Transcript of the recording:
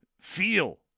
feel